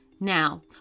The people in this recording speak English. Now